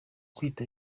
kwita